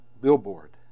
billboard